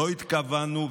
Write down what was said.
לא התכוונו,